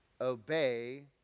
obey